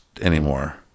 anymore